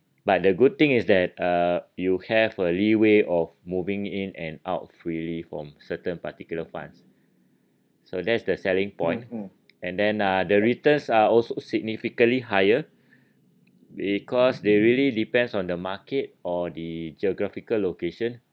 but the good thing is that uh you have a lee way of moving in and out freely from certain particular funds so that's the selling point and then uh the returns are also significantly higher because they really depends on the market or the geographical location